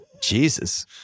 jesus